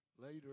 Later